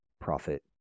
profit